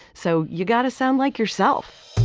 so you got to sound like yourself